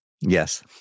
Yes